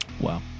Wow